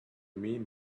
mean